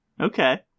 Okay